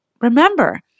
remember